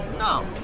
No